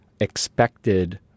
expected